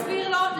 אולי תסביר לו למה,